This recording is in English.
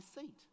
seat